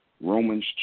Romans